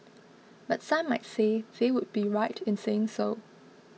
but some might say they would be right in saying so